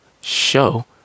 show